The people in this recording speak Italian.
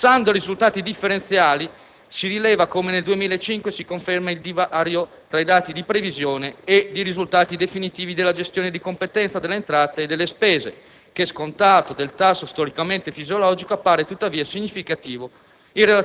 Passando ai risultati differenziali, si rileva come nel 2005 si conferma il divario tra i dati di previsione e i risultati definitivi della gestione di competenza delle entrate e delle spese che, scontato del tasso storicamente fisiologico, appare tuttavia significativo